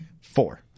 Four